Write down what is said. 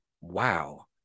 wow